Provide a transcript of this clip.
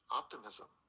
optimism